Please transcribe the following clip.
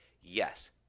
yes